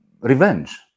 revenge